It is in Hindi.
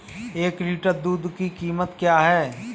एक लीटर दूध की कीमत क्या है?